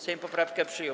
Sejm poprawkę przyjął.